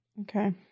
Okay